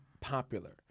popular